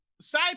Side